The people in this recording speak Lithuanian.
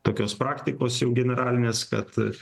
tokios praktikos jau generalinės kad